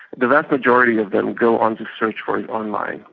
the vast majority of them go on to search for it online.